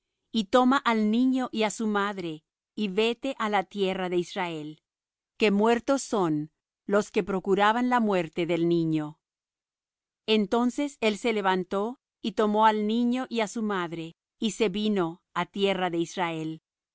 y toma al niño y á su madre y vete á tierra de israel que muertos son los que procuraban la muerte del niño entonces él se levantó y tomó al niño y á su madre y se vino á tierra de israel